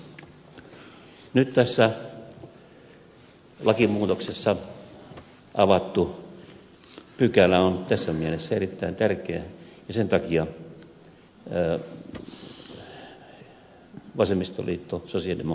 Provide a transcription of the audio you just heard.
nyt tässä lakimuutoksessa avattu pykälä on tässä mielessä erittäin tärkeä ja sen takia vasemmistoliitto sosialidemokraatit ynnä muuta